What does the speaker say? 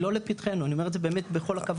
היא לא לפתחנו, אני אומר את זה בכל הכבוד.